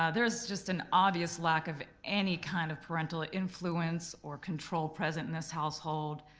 ah there is just an obvious lack of any kind of parental ah influence or control present in this household.